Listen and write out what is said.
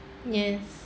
ya